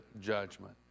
judgment